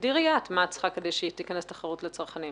תגדירי את מה את צריכה כדי שתיכנס תחרות לצרכנים.